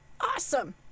awesome